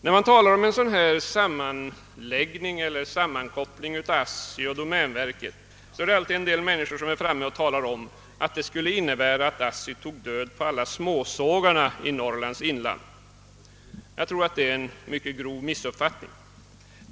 När resonemanget kommer in på en samordning mellan ASSI och domänverket är det alltid några som börjar tala om att en sådan skulle innebära att ASSI tog död på alla småsågarna i Norrlands inland. Jag tror att det är en mycket grov missuppfattning.